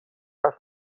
حرف